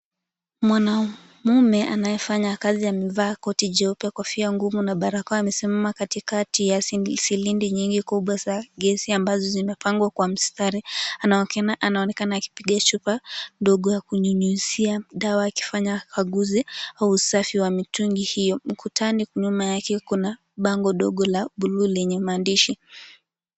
Mwanamume anayefanya kazi amevaa koti jeupe, kofia ngumu na barakoa amesimama katikati ya silindi nyingi kubwa za gesi ambazo zimepangwa kwa mstari. Anaonekana akipiga chupa ndogo ya kunyunyuzia dawa akifanya ukaguzi wa usafi wa mitungi hiyo. Ukutani nyuma yake kuna bango dogo la blue lenye maandishi.